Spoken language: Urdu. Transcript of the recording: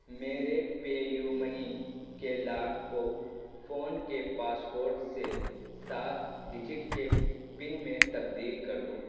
میرے پے یو منی کے لاک کو فون کے پاسورڈ سے سات ڈجٹ کے پن میں تبدیل کر دوں